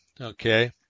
Okay